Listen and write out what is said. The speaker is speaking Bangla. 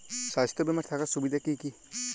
স্বাস্থ্য বিমা থাকার সুবিধা কী কী?